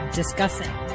discussing